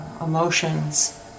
emotions